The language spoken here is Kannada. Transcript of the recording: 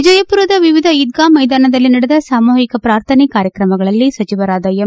ವಿಜಯಪುರದ ವಿವಿಧ ಈದ್ಗಾ ಮೈದಾನದಲ್ಲಿ ನಡೆದ ಸಾಮೂಹಿಕ ಪ್ರಾರ್ಥನೆ ಕಾರ್ಯಕ್ರಮಗಳಲ್ಲಿ ಸಚಿವರಾದ ಎಂ